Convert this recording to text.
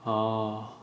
oh